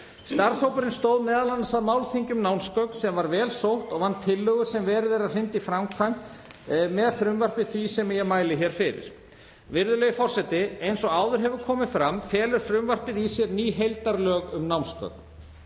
Starfshópurinn stóð m.a. að málþingi um námsgögn sem var vel sótt og vann tillögur sem verið er að hrinda í framkvæmd með frumvarp því sem ég mæli hér fyrir. Virðulegi forseti. Eins og áður hefur komið fram felur frumvarpið í sér ný heildarlög um námsgögn,